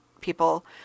people